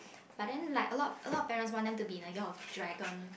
but then like a lot a lot parents want them to be in the year of dragon